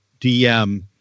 DM